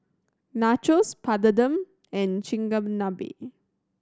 Nachos Papadum and Chigenabe